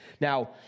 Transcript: Now